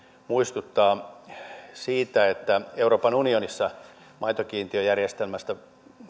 muistuttaa siitä että euroopan unionissa maitokiintiöjärjestelmästä